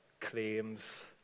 claims